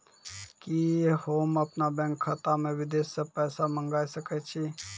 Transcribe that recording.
कि होम अपन बैंक खाता मे विदेश से पैसा मंगाय सकै छी?